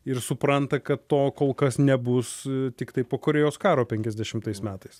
ir supranta kad to kol kas nebus tiktai po korėjos karo penkiasdešimtais metais